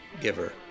giver